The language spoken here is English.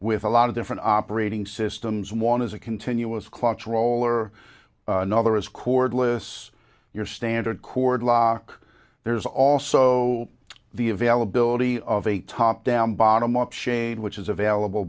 with a lot of different operating systems one is a continuous clutch roll or another is cordless your standard cord lock there's also the availability of a top down bottom up shade which is available